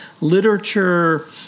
literature